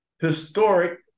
historic